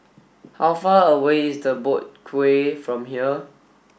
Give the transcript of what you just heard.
how far away is the Boat Quay from here